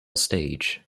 stage